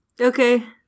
Okay